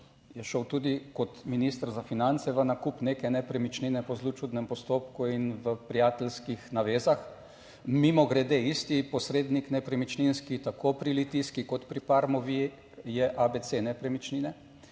je šel tudi kot minister za finance v nakup neke nepremičnine po zelo čudnem postopku in v prijateljskih navezah. Mimogrede, isti posrednik nepremičninski, tako pri Litijski kot pri Parmovi je ABC nepremičnine.